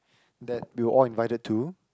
that we were all invited to